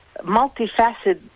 multifaceted